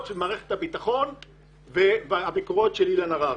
של מערכת הביטחון והביקורות של אילן הררי.